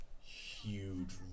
huge